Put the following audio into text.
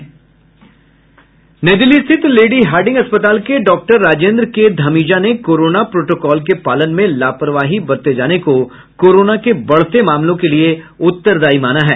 नई दिल्ली स्थित Lady Hardinge अस्पताल के डॉक्टर राजेन्द्र के धमीजा ने कोरोना प्रोटोकॉल के पालन में लापरवाही बरते जाने को कोरोना के बढ़ते मामलों को लिए उत्तरदायी माना है